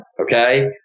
okay